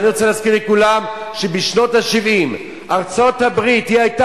אני רוצה להזכיר לכולם שבשנות ה-70 ארצות-הברית היתה